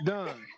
Done